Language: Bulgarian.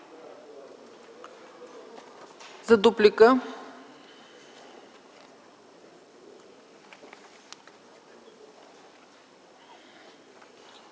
за дуплика,